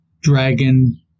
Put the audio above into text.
dragon